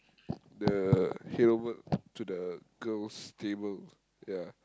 the head over to the girls table ya